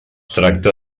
tracta